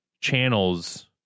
channels